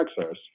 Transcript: access